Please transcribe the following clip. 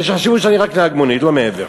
שיחשבו שאני רק נהג מונית, לא מעבר.